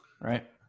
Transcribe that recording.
Right